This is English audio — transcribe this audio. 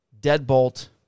deadbolt